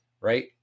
right